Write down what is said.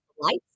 lights